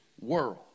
world